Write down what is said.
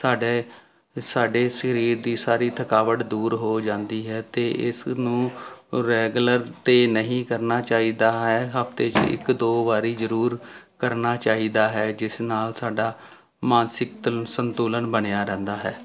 ਸਾਡੇ ਸਾਡੇ ਸਰੀਰ ਦੀ ਸਾਰੀ ਥਕਾਵਟ ਦੂਰ ਹੋ ਜਾਂਦੀ ਹੈ ਅਤੇ ਇਸ ਨੂੰ ਰੈਗੂਲਰ ਤਾਂ ਨਹੀਂ ਕਰਨਾ ਚਾਹੀਦਾ ਹੈ ਹਫ਼ਤੇ 'ਚ ਇੱਕ ਦੋ ਵਾਰੀ ਜ਼ਰੂਰ ਕਰਨਾ ਚਾਹੀਦਾ ਹੈ ਜਿਸ ਨਾਲ ਸਾਡਾ ਮਾਨਸਿਕ ਤਲ ਸੰਤੁਲਨ ਬਣਿਆ ਰਹਿੰਦਾ ਹੈ